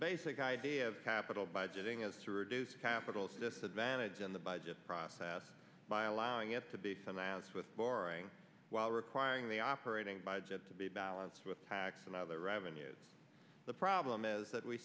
basic idea of capital budgeting is to reduce capitals disadvantage in the budget process by allowing it to be some ants with boring while requiring the operating budget to be balanced with tax and other revenues the problem is that we